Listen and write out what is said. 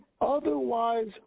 otherwise